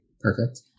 Perfect